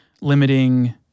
Limiting